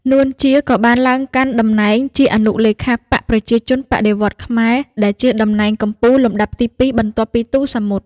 នួន ជា ក៏បានឡើងកាន់តំណែងជាអនុលេខាបក្សប្រជាជនបដិវត្តន៍ខ្មែរ ដែលជាតំណែងកំពូលលំដាប់ទីពីរ បន្ទាប់ពី ទូ សាមុត។